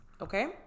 okay